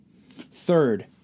Third